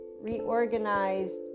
reorganized